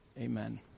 Amen